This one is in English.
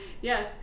Yes